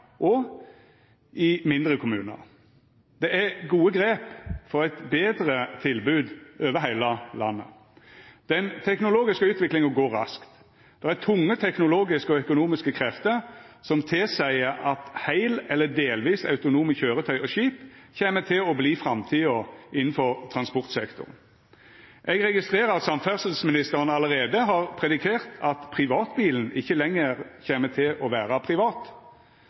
og i mindre kommunar. Det er gode grep for eit betre tilbod over heila landet. Den teknologiske utviklinga går raskt. Det er tunge teknologiske og økonomiske krefter som tilseier at heilt eller delvis autonome kjøretøy og skip kjem til å verta framtida innanfor transportsektoren. Eg registrerer at samferdselsministeren allereie har predikert at privatbilen ikkje lenger kjem til å vera privat.